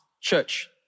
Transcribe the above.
church